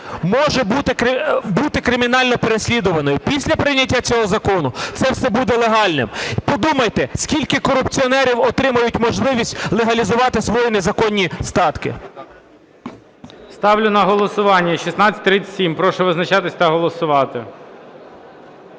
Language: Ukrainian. може бути кримінально-переслідуваною. Після прийняття цього закону, це все буде легальним. Подумайте, скільки корупціонерів отримають можливість легалізувати свої незаконні статки? ГОЛОВУЮЧИЙ. Ставлю на голосування 1637. Прошу визначатись та голосувати.